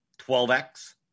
12X